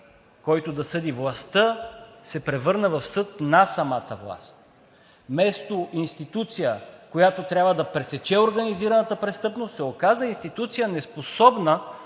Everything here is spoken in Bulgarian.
който да съди властта, се превърна в съд на самата власт. Вместо институция, която трябва да пресече организираната престъпност, се оказа институция, неспособна